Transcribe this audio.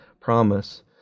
promise